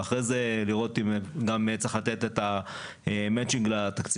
ואחרי זה לראות אם צריך גם לתת את המצ'ינג לתקציב.